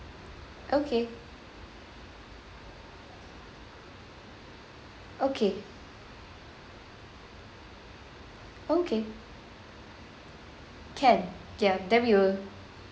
okay okay okay can ya then we will